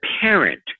parent